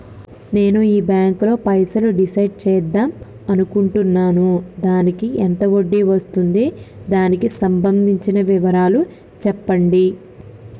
నేను ఈ బ్యాంకులో పైసలు డిసైడ్ చేద్దాం అనుకుంటున్నాను దానికి ఎంత వడ్డీ వస్తుంది దానికి సంబంధించిన వివరాలు చెప్పండి?